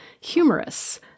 humorous